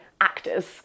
actors